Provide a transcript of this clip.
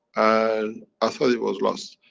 and i thought it was lost.